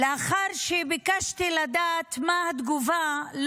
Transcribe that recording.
לאחר שביקשתי לדעת מה התגובה,